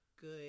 good